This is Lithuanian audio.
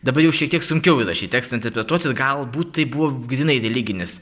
dabar jau šiek tiek sunkiau yra šį tekstą interpretuoti galbūt tai buvo grynai religinis